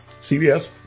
CBS